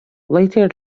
later